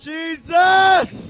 Jesus